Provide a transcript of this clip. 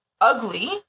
ugly